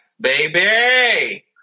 baby